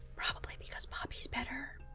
probably because poppy's better.